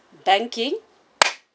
banking